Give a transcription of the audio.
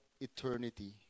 eternity